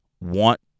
want